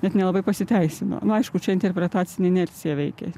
net nelabai pasiteisino na aišku čia interpretacinė inercija veikė